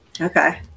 okay